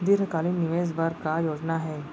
दीर्घकालिक निवेश बर का योजना हे?